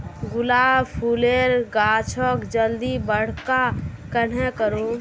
गुलाब फूलेर गाछोक जल्दी बड़का कन्हे करूम?